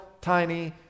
tiny